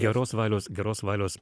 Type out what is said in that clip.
geros valios geros valios